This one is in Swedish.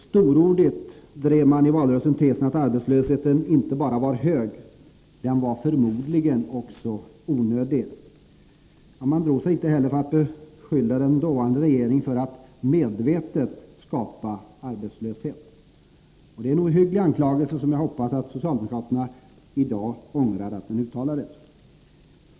Storordigt drev man i valrörelsen tesen att arbetslösheten inte bara var hög, den var förmodligen också onödig. Man drog sig inte heller för att beskylla den dåvarande regeringen för att medvetet skapa arbetslöshet. Det är en ohygglig anklagelse, som jag hoppas att socialdemokraterna ångrar i dag.